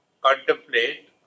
contemplate